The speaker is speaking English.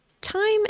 time